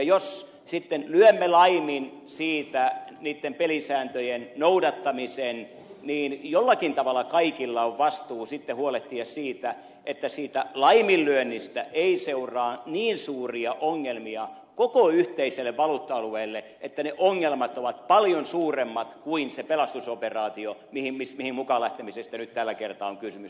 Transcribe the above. jos sitten lyömme laimin niitten pelisääntöjen noudattamisen niin jollakin tavalla kaikilla on vastuu sitten huolehtia siitä että siitä laiminlyönnistä ei seuraa niin suuria ongelmia koko yhteiselle valuutta alueelle että ongelmat ovat paljon suuremmat kuin se pelastusoperaatio mihin mukaan lähtemisestä nyt tällä kertaa on kysymys